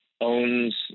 owns